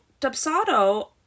Dubsado